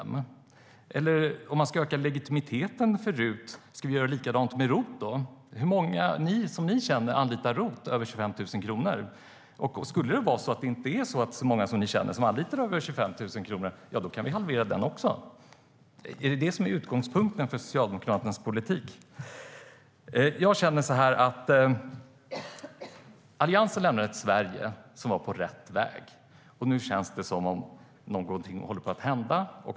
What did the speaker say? Om man med detta ska öka legitimiteten för RUT, ska vi då göra likadant med ROT också? Hur många som ni känner anlitar ROT för över 25 000 kronor? Om det skulle visa sig att det inte är så många som ni känner som gör det, innebär det att vi kan halvera ROT-avdraget också? Är det utgångspunkten för Socialdemokraternas politik? Jag känner så här: Alliansen lämnade efter sig ett Sverige som var på rätt väg. Nu känns det som om någonting håller på att hända.